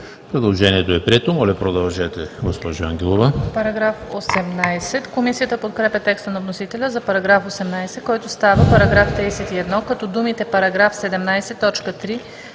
Предложението е прието. Моля, продължете, госпожо Ангелова.